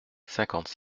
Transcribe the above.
cinquante